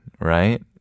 right